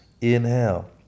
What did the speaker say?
Inhale